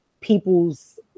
people's